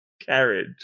Carriage